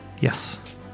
Yes